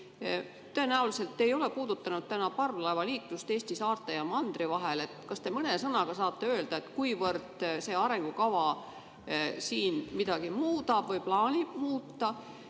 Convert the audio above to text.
Te ei ole täna puudutanud parvlaevaliiklust Eesti saarte ja mandri vahel. Kas te mõne sõnaga saate öelda, kuivõrd see arengukava siin midagi muudab või plaanib muuta?